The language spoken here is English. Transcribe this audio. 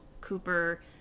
Cooper